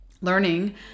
learning